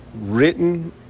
written